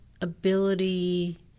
ability